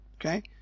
okay